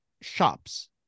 shops